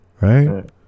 Right